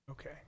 Okay